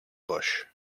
bush